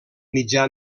mitja